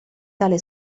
tale